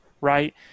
right